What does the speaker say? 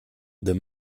the